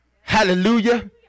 hallelujah